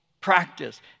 practice